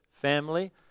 family